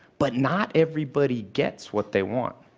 but not everybody gets what they want.